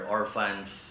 orphans